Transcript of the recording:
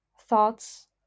thoughts